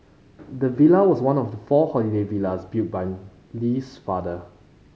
the villa was one of the four holiday villas built by Lee's father